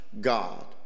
God